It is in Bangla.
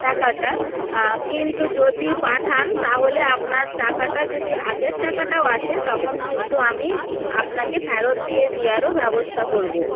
টাকাটা কিন্তু যদি পাঠান তাহলে আপনার টাকাটা যদি আগের টাকাটাও আসে তখন কিন্তু আমি আপনাকে ফেরত দিয়ে দেওয়ারও ব্যবস্থা করবো